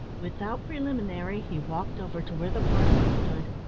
without preliminary he walked over to where the parson stood.